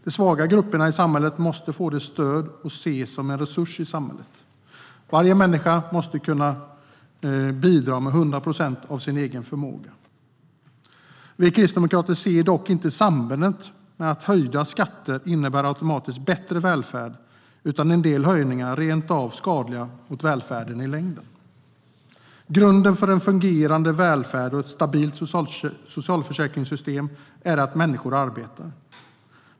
De svaga grupperna i samhället måste få stöd och ses som en resurs i samhället. Varje människa måste kunna bidra med hundra procent av sin egen förmåga. Vi kristdemokrater ser dock inte sambandet att höjda skatter automatiskt innebär bättre välfärd utan ser att en del höjningar rent av är skadliga för välfärden i längden. Grunden för en fungerande välfärd och ett stabilt socialförsäkringssystem är att människor arbetar.